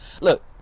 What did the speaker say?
Look